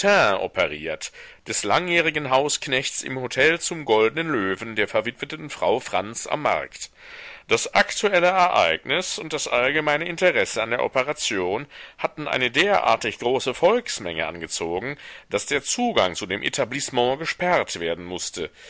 operiert des langjährigen hausknechts im hotel zum goldnen löwen der verwitweten frau franz am markt das aktuelle ereignis und das allgemeine interesse an der operation hatten eine derartig große volksmenge angezogen daß der zugang zu dem etablissement gesperrt werden mußte